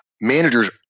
Managers